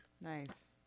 Nice